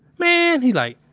man! he's like,